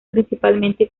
principalmente